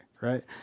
right